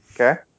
Okay